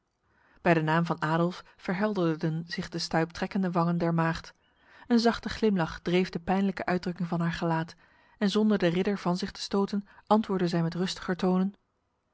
bij de naam van adolf verhelderden zich de stuiptrekkende wangen der maagd een zachte glimlach dreef de pijnlijke uitdrukking van haar gelaat en zonder de ridder van zich te stoten antwoordde zij met rustiger tonen